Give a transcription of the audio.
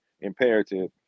imperative